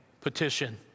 petition